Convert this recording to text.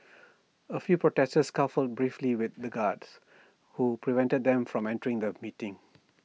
A few protesters scuffled briefly with the guards who prevented them from entering the meeting